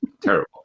terrible